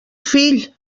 fill